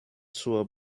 zur